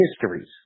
histories